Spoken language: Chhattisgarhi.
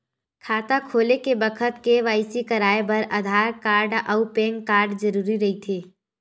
खाता खोले के बखत के.वाइ.सी कराये बर आधार कार्ड अउ पैन कार्ड जरुरी रहिथे